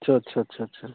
छा छा छा छा